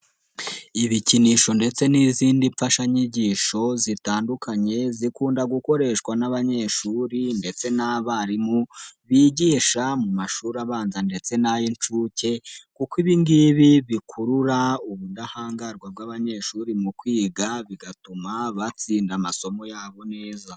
Ibikinisho ndetse n'izindi mfashanyigisho zitandukanye zikunda gukoreshwa n'abanyeshuri ndetse n'abarimu bigisha mu mashuri abanza ndetse n'ay'inshuke, kuko ibi ngibi bikurura ubudahangarwa bw'abanyeshuri mu kwiga bigatuma batsinda amasomo yabo neza.